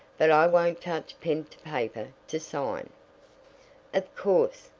but i won't touch pen to paper to sign of course,